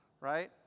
right